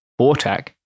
BORTAC